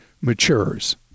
matures